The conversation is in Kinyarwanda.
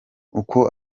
uko